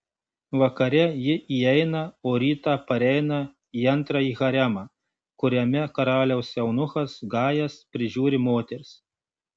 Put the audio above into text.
vakare ji įeina o rytą pareina į antrąjį haremą kuriame karaliaus eunuchas gajas prižiūri moteris